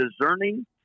discerning